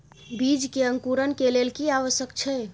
बीज के अंकुरण के लेल की आवश्यक छै?